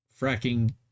fracking